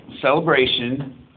celebration